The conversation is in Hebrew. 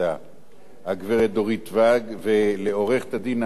הגברת דורית ואג, ולעורכת-הדין נעמה מנחמי,